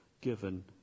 given